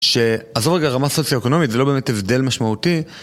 שעזוב רגע, רמה סוציו-אוקיונומית זה לא באמת הבדל משמעותי.